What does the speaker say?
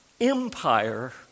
empire